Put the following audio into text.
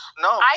No